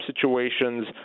situations